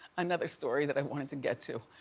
another story that i wanted to get to.